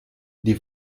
die